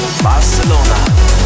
Barcelona